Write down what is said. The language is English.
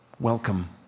Welcome